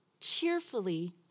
cheerfully